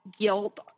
guilt